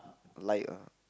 liar